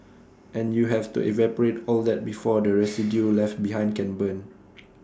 and you have to evaporate all that before the residue left behind can burn